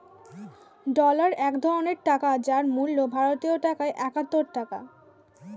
dollar এক ধরনের টাকা যার মূল্য ভারতীয় টাকায় একাত্তর টাকা